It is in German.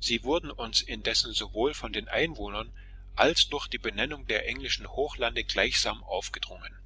sie wurden uns indessen sowohl von den einwohnern als durch die benennung der englischen hochlande gleichsam aufgedrungen